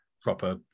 proper